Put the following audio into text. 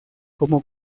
como